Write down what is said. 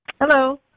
Hello